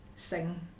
sing